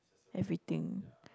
everything